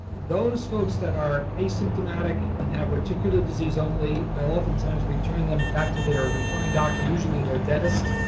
those folks that are asymptomatic and have reticular disease only, i oftentimes return them back to their referring doctor, usually their dentist